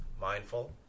mindful